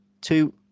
two